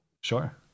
sure